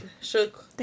shook